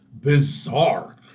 bizarre